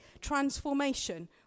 transformation